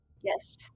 Yes